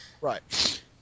Right